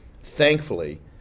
Thankfully